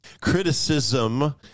Criticism